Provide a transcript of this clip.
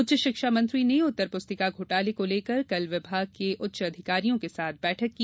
उच्च शिक्षा मंत्री ने उत्तरपुस्तिका घोटाले को लेकर कल विभाग के उच्च अधिकारियों के साथ बैठक की